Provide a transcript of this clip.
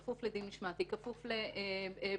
הוא כפוף לדין משמעתי,